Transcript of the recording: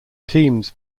teams